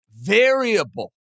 variable